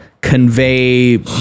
convey